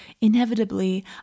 Inevitably